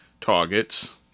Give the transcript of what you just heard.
targets